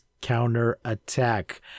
Counter-Attack